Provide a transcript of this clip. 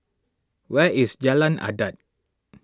where is Jalan Adat